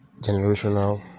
generational